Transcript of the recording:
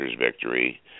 victory